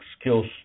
skills